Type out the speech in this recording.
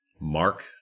Mark